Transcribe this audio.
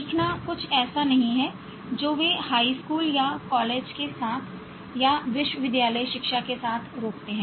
सीखना कुछ ऐसा नहीं है जो वे हाई स्कूल या कॉलेज के साथ या विश्वविद्यालय शिक्षा के साथ रोकते हैं